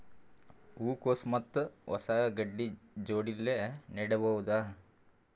ಹೂ ಕೊಸು ಮತ್ ಕೊಸ ಗಡ್ಡಿ ಜೋಡಿಲ್ಲೆ ನೇಡಬಹ್ದ?